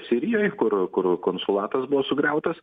sirijoj kur kur konsulatas buvo sugriautas